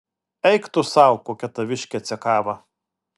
eik tu sau kokia taviškė cekava